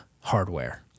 hardware